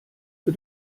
für